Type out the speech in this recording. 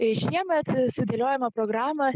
šiemet sudėliojome programą